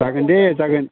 जागोन दे जागोन